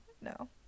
No